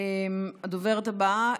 הדוברת הבאה,